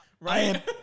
Right